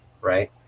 right